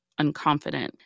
unconfident